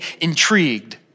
intrigued